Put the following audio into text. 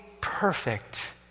perfect